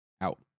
out